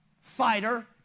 fighter